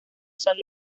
son